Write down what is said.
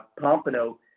Pompano